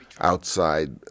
outside